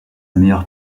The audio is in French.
meilleure